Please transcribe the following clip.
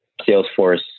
Salesforce